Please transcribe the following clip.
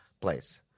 place